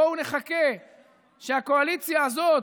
בואו נחכה שהקואליציה הזאת,